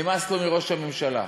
נמאס לו מראש הממשלה.